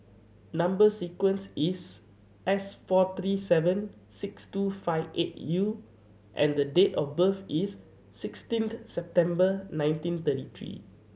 number sequence is S four three seven six two five eight U and the date of birth is sixteenth September nineteen thirty three